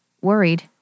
worried